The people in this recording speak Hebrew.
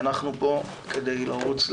אנחנו פה כדי לרוץ,